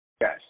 Yes